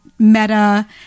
Meta